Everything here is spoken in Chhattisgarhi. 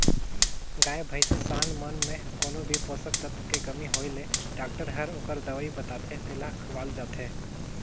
गाय, भइसी, सांड मन में कोनो भी पोषक तत्व के कमी होय ले डॉक्टर हर ओखर दवई बताथे तेला खवाल जाथे